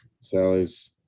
Sally's